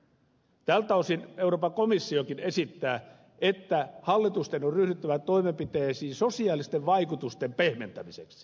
tältä osin euroopan komissiokin esittää että hallitusten on ryhdyttävä toimenpiteisiin sosiaalisten vaikutusten pehmentämiseksi sanatarkasti